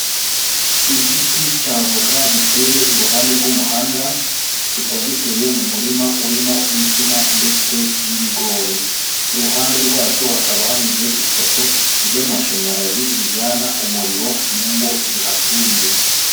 Igiti cy'avoka giteye iruhande rw'umuhanda, kikaba giteye mu murima urimo insina ndetse n'ibigori. Iruhande rwacyo hakaba hanyuze ipoto ry'amashanyarazi rijyana umuriro mu ngo zihaturiye.